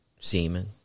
semen